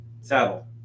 saddle